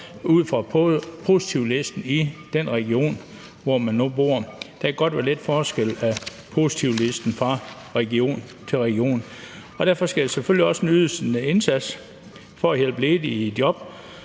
ud fra positivlisten i den region, hvor man nu bor. Der kan godt være lidt forskel på positivlisten fra region til region. Derfor skal der naturligvis også ydes en indsats for at hjælpe ledige i job,